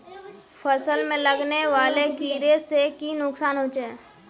फसल में लगने वाले कीड़े से की नुकसान होचे?